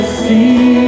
see